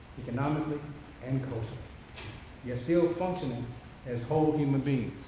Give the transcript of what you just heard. economically and culturally yet still functioning as whole human beings.